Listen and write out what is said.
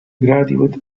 graduate